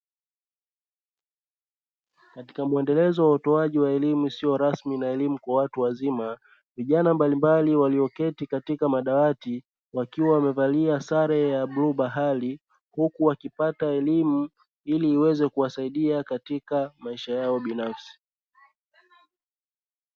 Katika mwendelezo wa utoaji wa elimu isio rasmi na elimu kwa watu wazima, vijana mbalimbali walioketi katika madawati wakiwa wamevalia sare ya bluu bahari, huku wakipata elimu ili iweze kuwasaidia katika maisha yao binafsi.